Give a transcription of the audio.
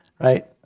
Right